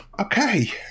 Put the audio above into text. okay